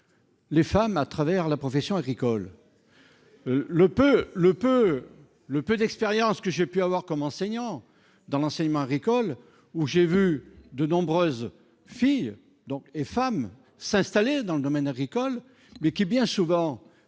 Les femmes à travers la profession agricole. Le peu le peu le peu d'expérience que j'ai pu avoir comme enseignant dans l'enseignement agricole où j'ai vu de nombreuses filles donc et femme s'installer dans le domaine agricole mais qui est bien souvent